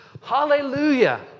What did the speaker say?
Hallelujah